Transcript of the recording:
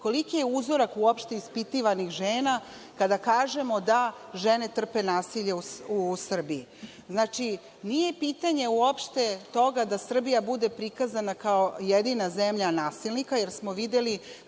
koliki je uzorak uopšte ispitivanih žena kada kažemo da žene trpe nasilje u Srbiji? Znači, nije pitanje uopšte toga da Srbija bude prikazana kao jedina zemlja nasilnika, jer smo videli